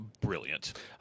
brilliant